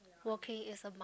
working is a